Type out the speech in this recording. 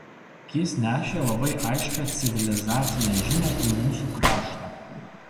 ji nešė labai aiškią civilizacinę žinią į mūsų kraštą